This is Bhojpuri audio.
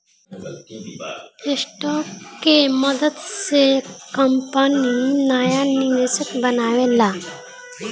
स्टॉक के मदद से कंपनी नाया निवेशक बनावेला